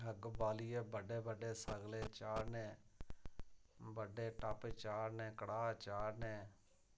अग्ग बाह्लियै बड्डे बड्डे सगले चाढ़ने बड्डे टप्प चाढ़ने कड़ाह् चाढ़ने